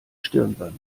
stirnband